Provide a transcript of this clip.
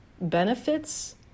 benefits